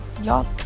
Y'all